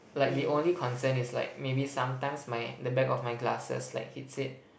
like the only concern is like maybe sometimes my the back of my glasses like hits it